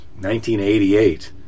1988